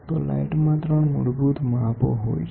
તો લાઇટમાં ત્રણ મૂળભૂત માપો હોય છે